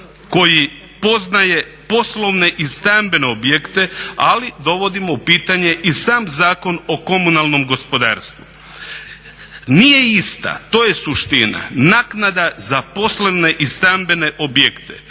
koji poznaje poslovne i stambene objekte ali dovodimo u pitanje i sam Zakon o komunalnom gospodarstvu. Nije ista, to je suština naknada za poslovne i stambene objekte.